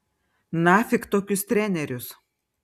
nafik tokius trenerius